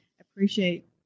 appreciate